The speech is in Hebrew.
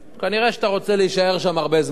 כנראה אתה רוצה להישאר שם הרבה זמן,